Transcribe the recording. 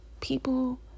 people